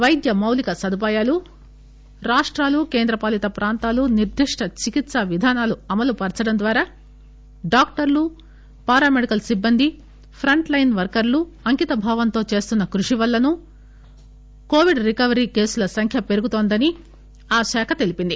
వైద్య మౌలిక సదుపాయాలు రాష్టాలు కేంద్రపాలిత ప్రాంతాలు నిర్దిష్ట చికిత్స విధానాలను అమలుపర్చడం ద్వారా డాక్టర్లు పారా మెడికల్ సిబ్బంది ప్రంట్ లైన్ వర్కర్లు అంకితభావంతో చేస్తున్న కృషి వల్ల కోవిడ్ రికవరీ కేసుల సంఖ్య పెరుగుతోందని ఆ శాఖ తెలిపింది